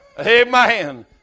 Amen